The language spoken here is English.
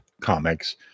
comics